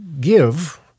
give